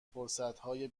فرصتهای